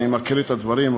אני מקריא את הדברים,